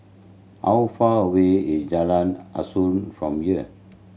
how far away is Jalan Asuhan from here